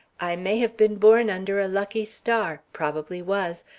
i may have been born under a lucky star, probably was,